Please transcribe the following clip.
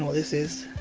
um this is.